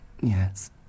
Yes